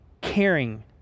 caring